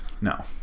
No